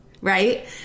Right